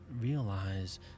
realize